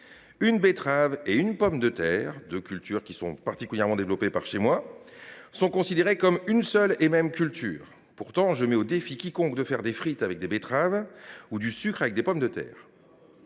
La betterave et la pomme de terre, particulièrement cultivées dans mon département, sont considérées comme une seule et même culture. Pourtant, je mets au défi quiconque de faire des frites avec des betteraves ou du sucre avec des pommes de terre